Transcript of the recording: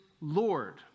Lord